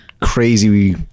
crazy